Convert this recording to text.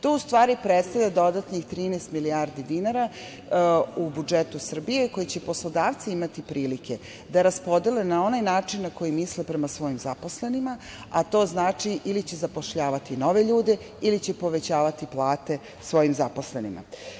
To u stvari predstavlja dodatnih 13 milijardi dinara u budžetu Srbije koje će poslodavci imati prilike da raspodele na onaj način na koji misle prema svojim zaposlenima, a to znači – ili će zapošljavati nove ljude ili će povećavati plate svojim zaposlenima.